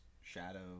shadow